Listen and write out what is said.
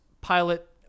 pilot